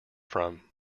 from